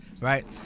Right